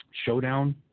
showdown